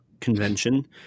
convention